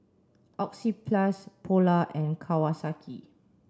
Oxyplus Polar and Kawasaki